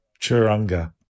Churanga